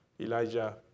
Elijah